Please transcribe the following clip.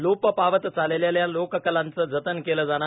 लोप पावत चाललेल्या लोककलांचं जतन केलं जाणार